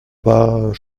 pas